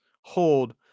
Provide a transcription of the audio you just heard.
hold